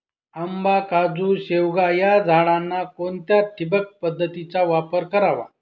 आंबा, काजू, शेवगा या झाडांना कोणत्या ठिबक पद्धतीचा वापर करावा?